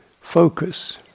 focus